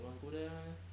but must go there meh